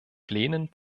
plänen